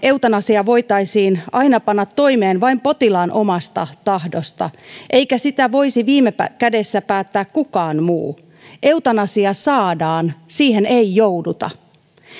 eutanasia voitaisiin aina panna toimeen vain potilaan omasta tahdosta eikä sitä voisi viime kädessä päättää kukaan muu eutanasia saadaan siihen ei jouduta